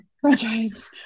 franchise